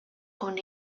con